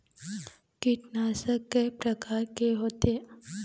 कीटनाशक कय प्रकार के होथे?